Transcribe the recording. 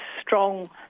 strong